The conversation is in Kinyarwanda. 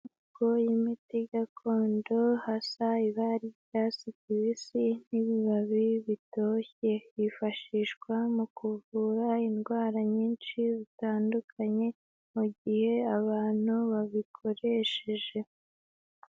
Amoko y'imiti gakondo, hasi hari ibara ry'icyatsi kibisi, n'ibababi bitoshye, byifashishwa mu kuvura indwara nyinshi zitandukanye mu gihe abantu babikoresheje.